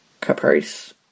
Caprice